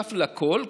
נוסף לכול,